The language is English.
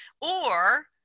or-